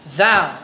thou